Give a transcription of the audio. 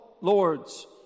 lords